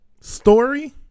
Story